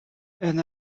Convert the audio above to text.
and